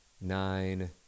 nine